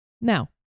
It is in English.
Now